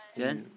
mm